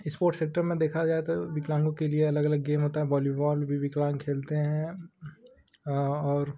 sport centre में देखा जाए तो विकलांगों के लिए अलग अलग गेम होता है बॉलीबॉल भी विकलांग खेलते हैं और